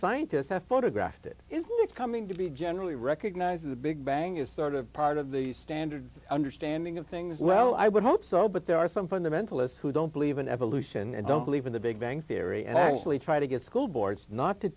scientists have photographed it isn't it coming to be generally recognized as the big bang is sort of part of the standard understanding of things well i would hope so but there are some fundamentalists who don't believe in evolution and don't believe in the big bang theory and actually try to get school boards not to